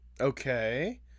Okay